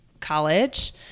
college